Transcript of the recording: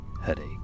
headache